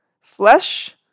flesh